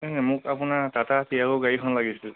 মোক আপোনাৰ টাটা তিয়াগ' গাড়ীখন লাগিছিল